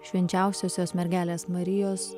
švenčiausiosios mergelės marijos